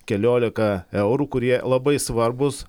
keliolika eurų kurie labai svarbūs